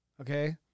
Okay